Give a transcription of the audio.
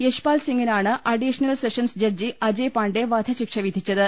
യശ്പാൽ സിംഗിനാണ് additional sessions judge Ajay Pandey വധശിക്ഷ വിധിച്ചത്